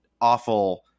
awful